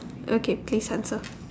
okay please answer